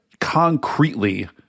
concretely